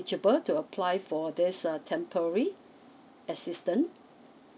to apply for this err temporary assistance